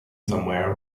somewhere